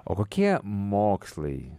o kokie mokslai